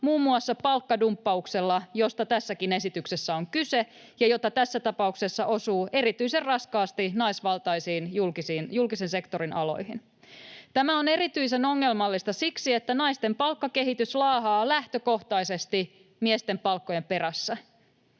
muun muassa palkkadumppauksella, josta tässäkin esityksessä on kyse ja joka tässä tapauksessa osuu erityisen raskaasti naisvaltaisiin julkisen sektorin aloihin. Tämä on erityisen ongelmallista siksi, että naisten palkkakehitys laahaa lähtökohtaisesti miesten palkkojen perässä.